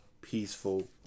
peaceful